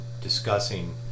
discussing